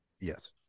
Yes